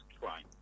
crime